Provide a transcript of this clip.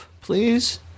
please